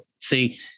See